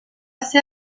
ser